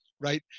right